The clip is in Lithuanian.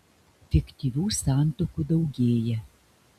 fiktyvių santuokų daugėja